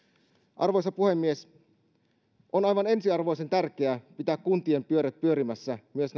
arvoisa puhemies on aivan ensiarvoisen tärkeää pitää kuntien pyörät pyörimässä myös